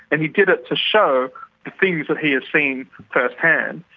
and he did it to show the things that he had seen first-hand.